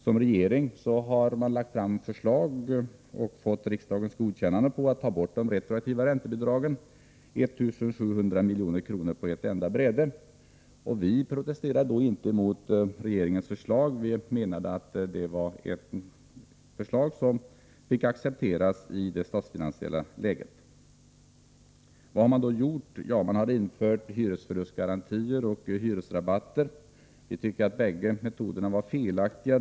Som regering har socialdemokraterna lagt fram förslag om och fått riksdagens godkännande att ta bort de retroaktiva räntebidragen — 1700 milj.kr. på ett enda bräde. Vi protesterade då inte mot regeringens förslag utan menade att det fick accepteras i det statsfinansiella läget. Vad har man då gjort? Jo, man har infört hyresförlustgarantier och hyresrabatter. Vi tycker att bägge metoderna var felaktiga.